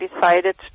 decided